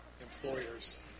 employers